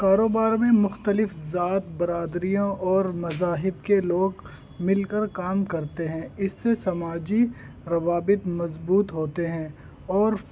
کاروبار میں مختلف ذات برادریوں اور مذاہب کے لوگ مل کر کام کرتے ہیں اس سے سماجی روابط مضبوط ہوتے ہیں اور